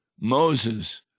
Moses